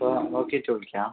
അപ്പോൾ ഓക്കെ ചോദിക്കാം